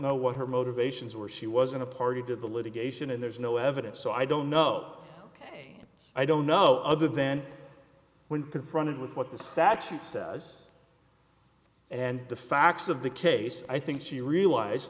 know what her motivations were she wasn't a party to the litigation and there's no evidence so i don't know ok i don't know other then when confronted with what the statute says and the facts of the case i think she realized